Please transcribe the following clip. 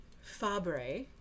Fabre